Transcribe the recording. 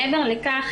מעבר לכך,